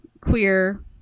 queer